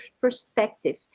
perspective